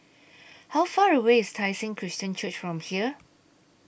How Far away IS Tai Seng Christian Church from here